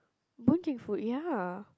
Boon-Keng food ya